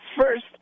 First